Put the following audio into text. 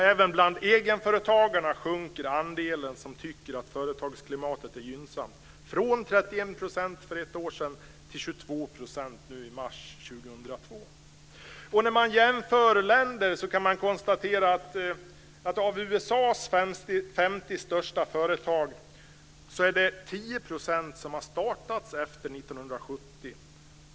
Även bland egenföretagarna minskar andelen som tycker att företagsklimatet är gynnsamt, från 31 % för ett år sedan till 22 % nu i mars 2002. När man jämför länder kan man konstatera att av USA:s 50 största företag har 10 % startats efter 1970.